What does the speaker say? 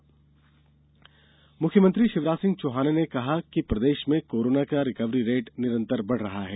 मुख्यमंत्री कोरोना मुख्यमंत्री शिवराज सिंह चौहान ने कहा है कि प्रदेश में कोरोना की रिकवरी रेट निरंतर बढ़ रही है